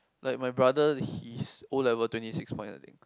like my brother his O-level twenty six points I think